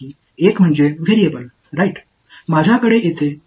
மாணவர் வரம்பு மாறக்கூடியது